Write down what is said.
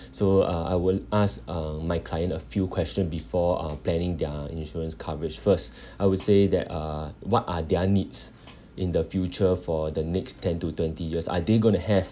so uh I will ask uh my client a few question before uh planning their insurance coverage first I would say that uh what are their needs in the future for the next ten to twenty years are they gonna have